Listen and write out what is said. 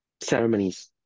ceremonies